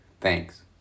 Thanks